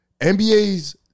NBA's